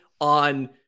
on